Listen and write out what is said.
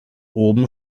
oben